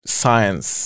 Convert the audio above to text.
science